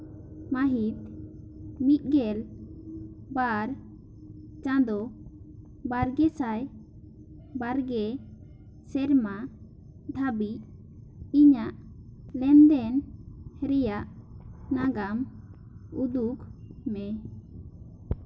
ᱢᱟᱹᱦᱤᱛ ᱢᱤᱫᱜᱮᱞ ᱵᱟᱨ ᱪᱟᱸᱫᱳ ᱵᱟᱨᱜᱮ ᱥᱟᱭ ᱵᱟᱨ ᱜᱮ ᱥᱮᱨᱢᱟ ᱫᱷᱟᱹᱵᱤᱡ ᱤᱧᱟᱹᱜ ᱞᱮᱱᱫᱮᱱ ᱨᱮᱭᱟᱜ ᱱᱟᱜᱟᱢ ᱩᱫᱩᱠ ᱢᱮ